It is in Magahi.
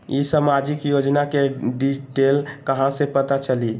ई सामाजिक योजना के डिटेल कहा से पता चली?